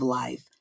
life